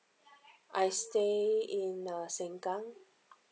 I stay in uh sengkang